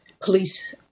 police